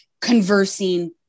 conversing